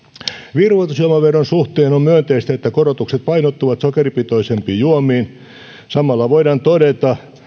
virvoitusjuomaveron suhteen on myönteistä että korotukset painottuvat sokeripitoisempiin juomiin samalla voidaan todeta